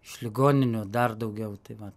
iš ligoninių dar daugiau tai va